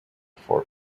for